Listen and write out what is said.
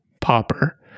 popper